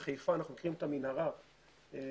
בחיפה אנחנו לוקחים את המנהרה באזור